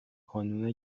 کانون